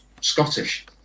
Scottish